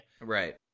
Right